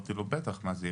אמרתי לו 'בטח מה זה,